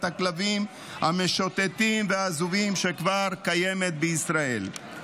הכלבים המשוטטים והעזובים שכבר קיימת בישראל.